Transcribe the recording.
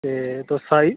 ते तुस आई